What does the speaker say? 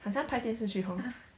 很像拍电视剧 hor